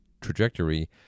trajectory